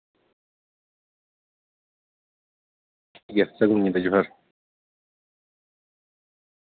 ᱴᱷᱤᱠᱜᱮᱭᱟ ᱥᱟᱹᱜᱩᱱ ᱧᱤᱫᱟᱹ ᱡᱚᱦᱟᱨ